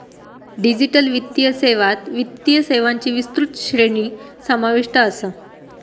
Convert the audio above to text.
digital वित्तीय सेवात वित्तीय सेवांची विस्तृत श्रेणी समाविष्ट असा